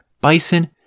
bison